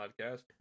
podcast